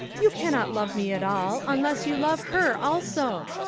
you cannot love me at all, unless you love her also.